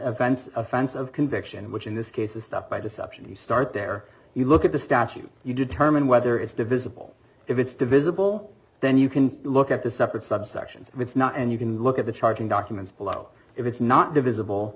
advance offense of conviction which in this case is that by deception you start there you look at the statute you determine whether it's divisible if it's divisible then you can look at the separate subsections it's not and you can look at the charging documents below if it's not divisible